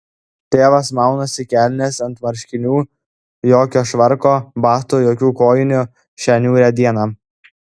tėvas maunasi kelnes ant marškinių jokio švarko batų jokių kojinių šią niūrią dieną